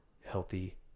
healthy